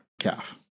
calf